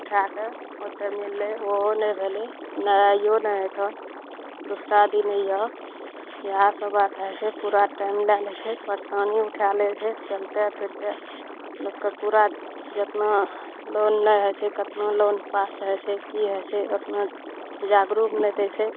उठाके ओते मिललय ओहो नहि भेलय नहि आइओ नहि हेतनि दूसरा दिन अइहअ इएह सब बात होइ छै पूरा टाइम लए लै छै परेशानी उठा लै छै चलते फिरते लोकके पूरा जतना लोन नहि होइ छै कतना लोन पास होइ छै की होइ छै ओतना जागरूक नहि दै छै